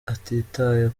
atitaye